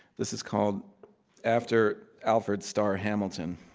this is called after alfred starr hamilton.